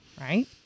Right